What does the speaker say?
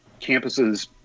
campuses